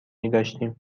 میداشتیم